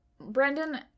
Brendan